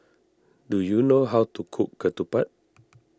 do you know how to cook Ketupat